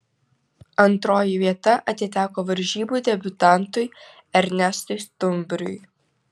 antroji vieta atiteko varžybų debiutantui ernestui stumbriui